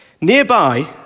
Nearby